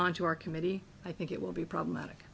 onto our committee i think it will be problematic